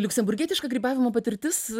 liuksemburgietiška grybavimo patirtis